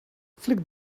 flick